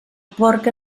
porc